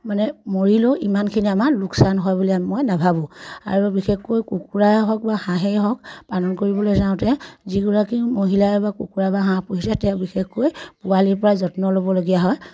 মানে মৰিলেও ইমানখিনি আমাৰ লোকচান হয় বুলি মই নাভাবোঁ আৰু বিশেষকৈ কুকুৰাই হওক বা হাঁহেই হওক পালন কৰিবলৈ যাওঁতে যিগৰাকী মহিলাই বা কুকুৰা বা হাঁহ পুহিছে তেওঁ বিশেষকৈ পোৱালিৰ পৰা যত্ন ল'বলগীয়া হয়